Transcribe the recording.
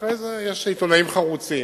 אחרי זה יש עיתונאים חרוצים,